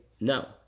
no